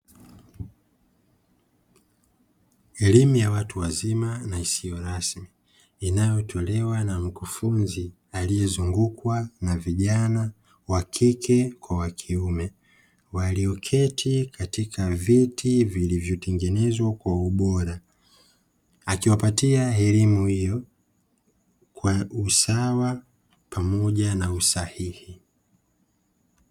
Elimu ya watu wazima na isiyo rasmi inayotolewa na mkufunzi aliyezungukwa na vijana wa kike kwa wakiume, walioketi katika viti vilivyotengenezwa kwa ubora, akiwapatia elimu hiyo kwa usawa pamoja na usahihi.